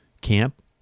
camp